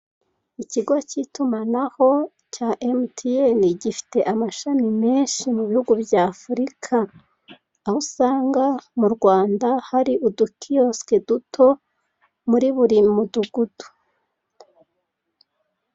Ikigo cy'itumanaho cya emutiyeni gifite amashami menshi mu bihugu bya Afurika, aho usanga mu Rwanda hari udukiyosike duto muri buri mudugudu.